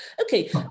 Okay